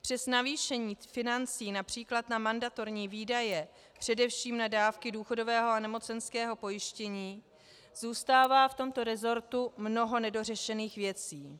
Přes navýšení financí například na mandatorní výdaje, především na dávky důchodového a nemocenského pojištění, zůstává v tomto resortu mnoho nedořešených věcí.